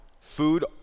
food